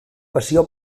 passió